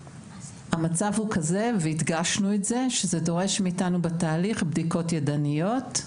המצב הוא כזה והדגשנו את זה שהדבר דורש מאיתנו בתהליך בדיקות ידניות.